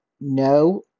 No